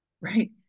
Right